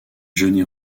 johnny